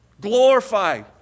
Glorify